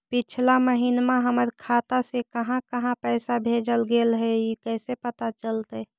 पिछला महिना हमर खाता से काहां काहां पैसा भेजल गेले हे इ कैसे पता चलतै?